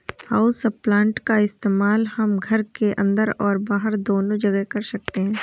houseplant का इस्तेमाल हम घर के अंदर और बाहर दोनों जगह कर सकते हैं